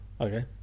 Okay